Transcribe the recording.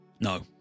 No